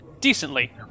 Decently